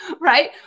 right